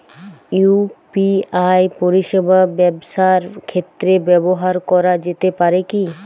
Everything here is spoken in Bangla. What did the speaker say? ইউ.পি.আই পরিষেবা ব্যবসার ক্ষেত্রে ব্যবহার করা যেতে পারে কি?